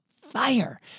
fire